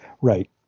Right